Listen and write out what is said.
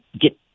get